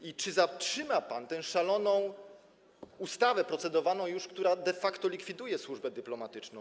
I czy zatrzyma pan tę szaloną ustawę, już procedowaną, która de facto likwiduje służbę dyplomatyczną?